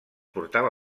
portava